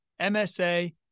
MSA